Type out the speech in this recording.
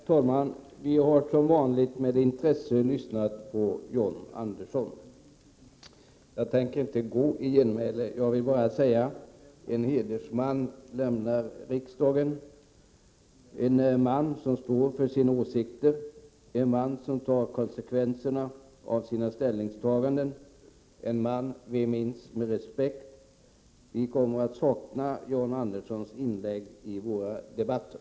Herr talman! Vi har med sedvanligt intresse lyssnat på John Andersson. Jag tänker inte gå i genmäle. Jag vill bara säga följande. En hedersman lämnar riksdagen, en man som står för sina åsikter, en man som tar konsekvenserna av sina ställningstaganden och en man som vi minns med respekt. Vi kommer att sakna John Anderssons inlägg i våra debatter.